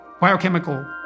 biochemical